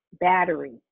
battery